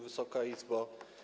Wysoka Izbo!